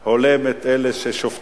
גם הולם את אלה ששובתים.